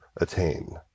attain